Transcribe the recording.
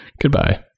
Goodbye